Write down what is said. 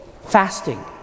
Fasting